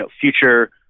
future